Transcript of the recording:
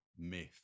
myth